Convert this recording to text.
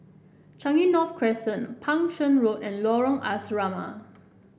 Changi North Crescent Pang Seng Road and Lorong Asrama